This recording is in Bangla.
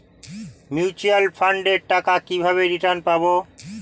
মিউচুয়াল ফান্ডের টাকা কিভাবে রিটার্ন পাব?